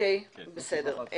בסדר.